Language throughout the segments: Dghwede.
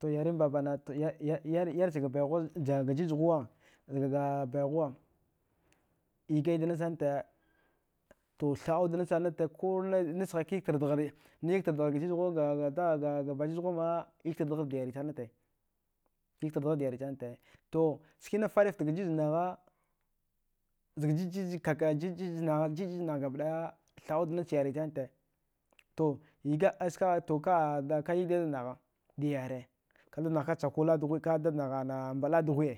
To yarin babana yarichga jajhuwa zga baihuwa yigaidda nasanata to tha au danasata ga bajij huwama yigtardgharda yarisanata, yigtardghar dayari sanata to sina fariftaga jijnagha zga jijij kaka jijij naga jijij nagh gabɗaya thaɗau dnach yari sanata to yigak askagha to kaɗ yagdai dadnagha dyare ka dad naghka chaku laɗ dughude ka dadnagh ana mbaɗ laɗ dughuɗe,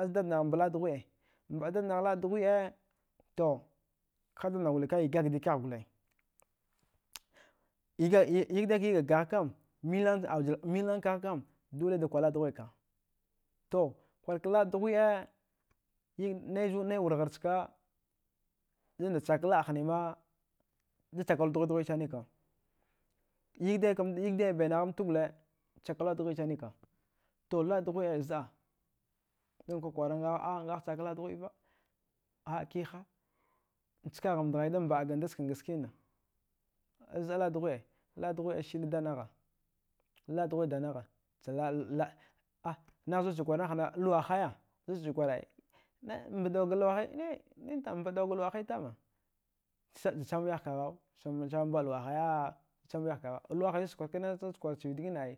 azdadngh mbaɗlaɗ dughuɗe to ka dadnagh gole da yigakdi kagh gole, yigdaika yigankagh kam milnan kaghkam dole dakwar laɗ dughuɗka to kwarka laɗdughuɗa naiz nai warghar chka znda chak laɗ hnima da chakaru dughuɗ dughuɗ sanika yigdaikam yigdai bainaghamta gole chakaru laɗdughuɗ sanika to laɗ dughuɗe zɗa znakwakwara a ngagh chak laɗ dughuɗva a kiha skagh dghaida mbaɗ ganda nchka skina, zɗa laɗ dughuɗe laɗ dughuɗe sine danagha laɗ dughuɗe dangha chalaɗ a nahnazucha kwar nahana luwa haya zuchakwar ai ni nintam mbaɗdauga luwahai tama dachama wiyah kaghau chama chamambaɗ luwa haya chama wiyah kagha luwahaizucha kwarkana zuchakwar chvi dgina ai.